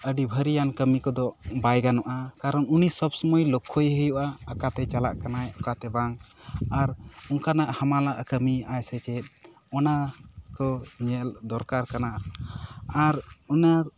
ᱟᱹᱰᱤ ᱵᱷᱟᱹᱨᱤᱭᱟᱱ ᱠᱟᱹᱢᱤ ᱠᱚᱫᱚ ᱵᱟᱭ ᱜᱟᱱᱚᱜᱼᱟ ᱠᱟᱨᱚᱱ ᱩᱱᱤ ᱥᱚᱵ ᱥᱳᱢᱚᱭ ᱞᱳᱠᱷᱚᱭᱮ ᱦᱩᱭᱩᱜᱼᱟ ᱟᱠᱟᱴᱮᱭ ᱪᱟᱞᱟᱜ ᱠᱟᱱᱟ ᱚᱠᱟᱛᱮ ᱵᱟᱝ ᱟᱨ ᱚᱱᱠᱟᱱᱟᱜ ᱦᱟᱢᱟᱞᱟᱜ ᱠᱟᱹᱢᱤᱭᱮᱜᱼᱟ ᱥᱮ ᱪᱮᱫ ᱚᱱᱟ ᱠᱚ ᱧᱮᱞ ᱫᱚᱨᱠᱟᱨ ᱠᱟᱱᱟ ᱟᱨ ᱚᱱᱟ